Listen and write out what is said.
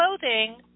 clothing